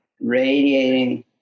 radiating